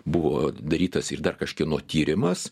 buvo darytas ir dar kažkieno tyrimas